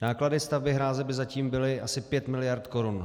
Náklady stavby hráze by zatím byly asi pět miliard korun.